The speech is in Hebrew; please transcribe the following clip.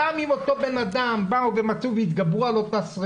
גם אם התגברו על השרפה,